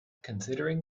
considering